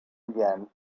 again